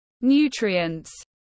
nutrients